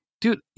dude